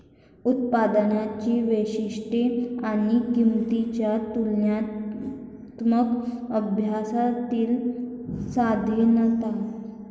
उत्पादनांची वैशिष्ट्ये आणि किंमतींच्या तुलनात्मक अभ्यासातील साधेपणा